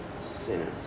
sinners